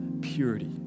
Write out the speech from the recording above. purity